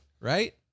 right